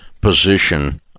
position